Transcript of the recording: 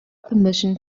permission